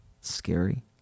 Scary